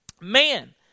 Man